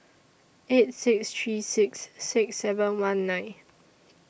eight six three six six seven one nine